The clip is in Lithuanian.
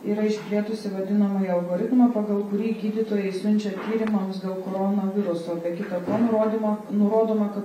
yra išplėtusi vadinamąjį algoritmą pagal kurį gydytojai siunčia tyrimams dėl koronaviruso be kita ko nurodymo nurodoma kad